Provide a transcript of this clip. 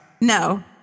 No